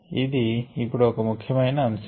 ఇది ఇప్పుడు ఒక ముఖ్యమైన అంశం